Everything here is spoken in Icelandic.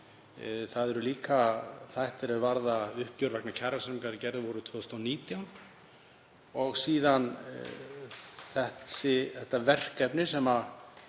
Það eru líka þættir er varða uppgjör vegna kjarasamninga er gerðir voru 2019 og síðan þetta verkefni, sem er